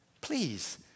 please